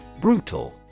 Brutal